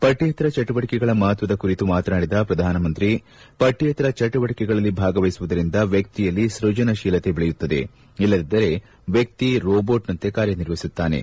ಪಠ್ಯೇತರ ಚಟುವಟಿಕೆಗಳ ಮಹತ್ವದ ಕುರಿತು ಮಾತನಾಡಿದ ಪ್ರಧಾನಿಮಂತ್ರಿ ಪಠ್ಯೇತರ ಚಟುವಟಿಕೆಗಳಲ್ಲಿ ಭಾಗವಹಿಸುವುದರಿಂದ ವ್ಯಕ್ತಿಯಲ್ಲಿ ಸೃಜನಶೀಲತೆ ಬೆಳೆಯುತ್ತದೆ ಇಲ್ಲದಿದ್ದರೆ ವ್ಯಕ್ತಿ ರೋಬೋಟ್ನಂತೆ ಕಾರ್ಯನಿರ್ವಹಿಸುತ್ತಾನೆ